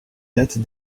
dates